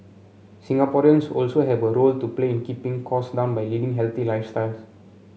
Singaporeans also have a role to play in keeping cost down by leading healthy lifestyles